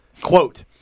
Quote